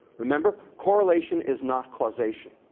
remember, correlation is not causation.